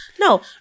No